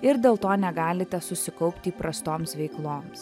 ir dėl to negalite susikaupti įprastoms veikloms